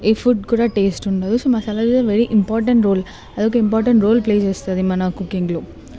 ఏ food కూడా taste ఉండదు so మసాలాలు అనేవి వెరీ ఇంపార్టెంట్ రోల్ అది ఒక ఇంపార్టెంట్ రోల్ ప్లే చేస్తుంది మన కుక్కింగ్లో